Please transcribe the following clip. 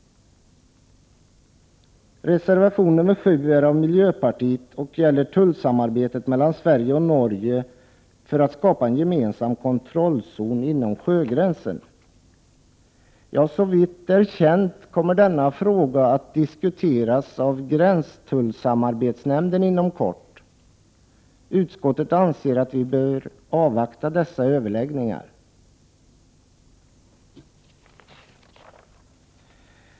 Reservation nr 7 är av miljöpartiet och gäller tullsamarbetet mellan Sverige och Norge för att skapa en gemensam kontrollzon inom sjögränsen. Såvitt är känt kommer denna fråga att diskuteras av gränstullsamarbetsnämnden inom kort. Utskottet anser att vi bör avvakta dessa överläggningar.